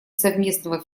совместного